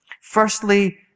Firstly